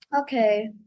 Okay